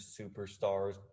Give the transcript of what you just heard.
superstars